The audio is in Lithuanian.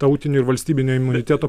tautinio ir valstybinio imuniteto